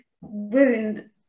wound